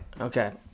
Okay